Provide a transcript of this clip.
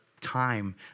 time